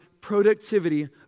productivity